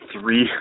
three